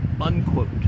unquote